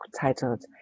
titled